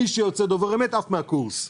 מי שיוצא דובר אמת עף מהקורס.